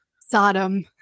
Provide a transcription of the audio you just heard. Sodom